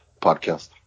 podcast